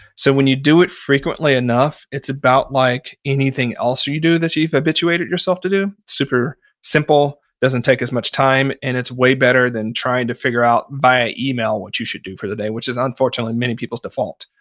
so, when you do it frequently enough, enough, it's about like anything else you you do that you've habituated yourself to do. it's super simple, doesn't take as much time and it's way better than trying to figure out via email what you should do for the day, which is unfortunately many people's default,